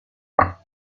siens